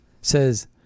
says